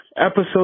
episode